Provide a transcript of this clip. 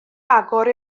agor